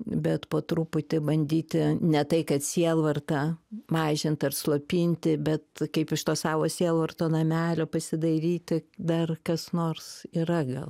bet po truputį bandyti ne tai kad sielvartą mažint ar slopinti bet kaip iš to savo sielvarto namelio pasidaryti dar kas nors yra gal